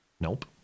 nope